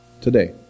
Today